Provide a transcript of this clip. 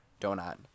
Donut